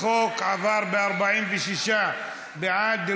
החוק עבר ב-46 בעד,